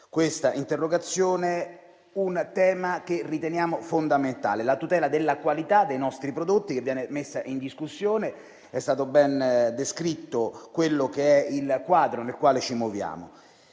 questo atto, un tema che riteniamo fondamentale: la tutela della qualità dei nostri prodotti, che viene messa in discussione. È stato ben descritto il quadro nel quale ci muoviamo.